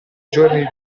giorni